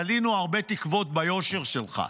תלינו הרבה תקוות ביושר שלך,